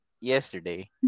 yesterday